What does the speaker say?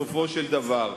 בסופו של דבר,